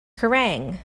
kerrang